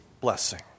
blessing